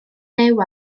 fyw